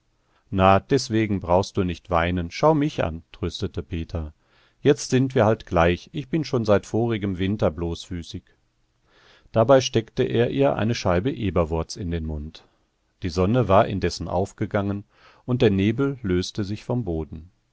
na deswegen brauchst du nicht weinen schau mich an tröstete peter jetzt sind wir halt gleich ich bin schon seit vorigem winter bloßfüßig dabei steckte er ihr eine scheibe eberwurz in den mund die sonne war indessen aufgegangen und der nebel löste sich vom boden